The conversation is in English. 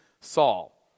Saul